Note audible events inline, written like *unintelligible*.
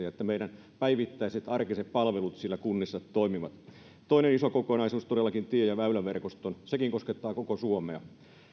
*unintelligible* että meidän päivittäiset arkiset palvelut siellä kunnissa toimivat toinen iso kokonaisuus on todellakin tie ja väyläverkosto sekin koskettaa koko suomea